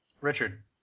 Richard